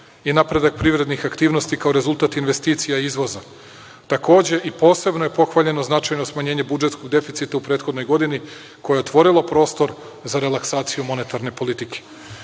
i napredak privrednih aktivnosti kao rezultat investicija i izvoza. Takođe, posebno je pohvaljeno značajno smanjenje budžetskog deficita u prethodnoj godini koje je otvorilo prostor za relaksaciju monetarne politike.